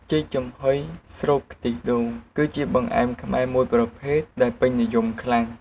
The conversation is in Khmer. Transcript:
ចេកចំហុយស្រូបខ្ទិះដូង គឺជាបង្អែមខ្មែរមួយប្រភេទដែលពេញនិយមខ្លាំង។